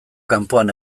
kanpoan